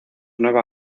nueva